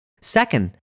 Second